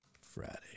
Friday